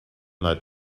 that